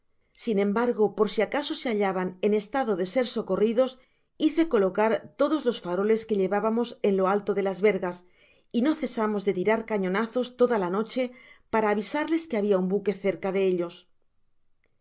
sin embargo por si acaso se hallaban en estado de ser socorridos hice colocar todos los faroles que llevábamos en lo alto de las vergas y no cesamos de tirar cañonazos toda la noche para avisarles que habia un buque cerca de ellos